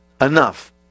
enough